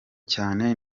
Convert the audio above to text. cyane